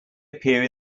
appear